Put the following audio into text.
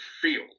feel